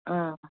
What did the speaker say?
آ